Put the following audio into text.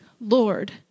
Lord